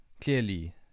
clearly